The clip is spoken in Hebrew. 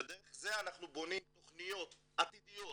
ודרך זה אנחנו בונים תכניות עתידיות